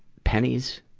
pennies?